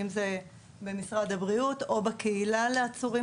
אם זה במשרד הבריאות או בקהילה לעצורים